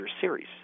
series